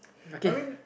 okay